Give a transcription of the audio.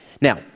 Now